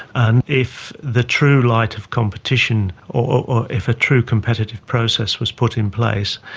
and if the true light of competition or if a true competitive process was put in place,